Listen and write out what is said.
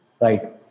Right